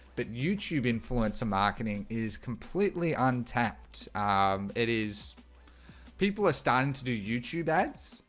but youtube influencer marketing is completely untapped um it is people are starting to do youtube ads.